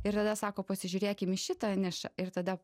ir tada sako pasižiūrėkim į šitą nišą ir tada